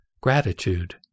Gratitude